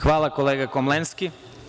Hvala kolega Komlenski.